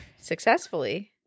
successfully